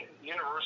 university